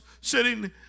sitting